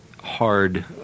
hard